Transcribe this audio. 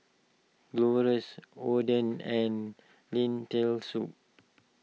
Gyros Oden and Lentil Soup